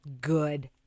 good